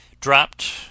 dropped